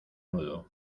nudo